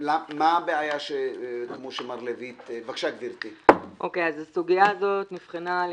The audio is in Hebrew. מה הבעיה כמו שמר לויט --- הסוגיה הזו נבחנה על